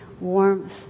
warmth